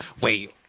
Wait